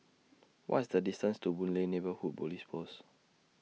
What's The distance to Boon Lay Neighbourhood Police Post